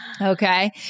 Okay